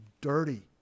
dirty